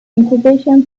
incubation